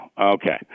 okay